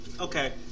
Okay